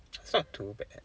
that's not too bad